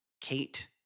Kate